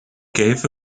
gave